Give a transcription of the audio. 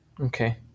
Okay